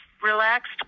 Relaxed